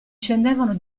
scendevano